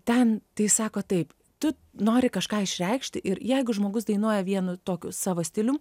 ten tai sako taip tu nori kažką išreikšti ir jeigu žmogus dainuoja vienu tokiu savo stilium